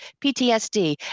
PTSD